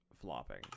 flopping